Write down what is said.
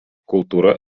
kultūra